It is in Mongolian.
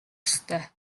ёстой